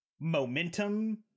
momentum